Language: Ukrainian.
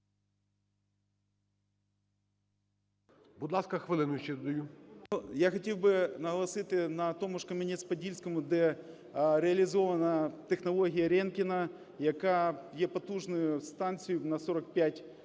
Я хотів би наголосити на тому ж Кам'янець-Подільському, де реалізована технологія Ренкіна, яка є потужною станцією на 45 мегават